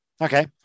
Okay